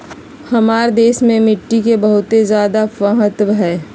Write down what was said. हमार देश में मिट्टी के बहुत जायदा महत्व हइ